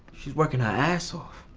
she's working her ass off.